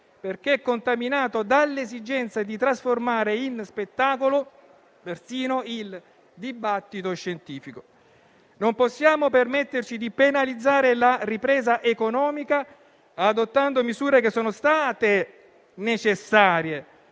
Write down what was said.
perché contaminato dall'esigenza di trasformare in spettacolo persino il dibattito scientifico. Non possiamo permetterci di penalizzare la ripresa economica, adottando misure che sono state necessarie,